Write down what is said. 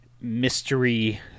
mystery